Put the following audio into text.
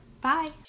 bye